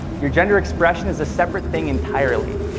your gender expression is a separate thing entirely.